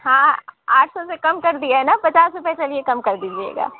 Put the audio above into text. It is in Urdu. ہاں آٹھ سو روپئے کم کر دیے نا پچاس روپئے چلیے کم کر دیجیے گا